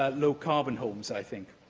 ah low-carbon homes, i think.